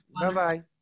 Bye-bye